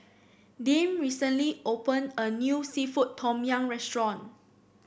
Dink recently opened a new seafood Tom Yum restaurant